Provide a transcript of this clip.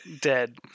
dead